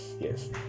Yes